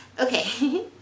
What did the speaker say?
okay